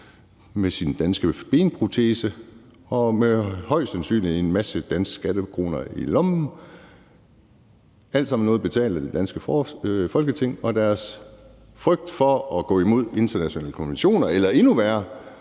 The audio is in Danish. med sin danske benprotese og højst sandsynligt med en masse danske skattekroner i lommen. Det er alt sammen noget, der er betalt på grund af det danske Folketing og deres frygt for at gå imod internationale konventioner eller – endnu værre